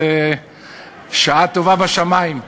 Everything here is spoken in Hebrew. זו שעה טובה בשמים.